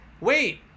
wait